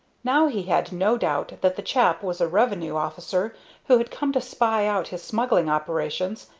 now he had no doubt that the chap was a revenue-officer who had come to spy out his smuggling operations,